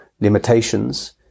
limitations